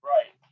Right